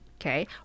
okay